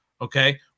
Okay